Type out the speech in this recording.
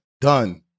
Done